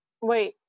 wait